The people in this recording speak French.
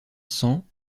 sans